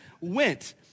went